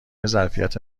ظرفیت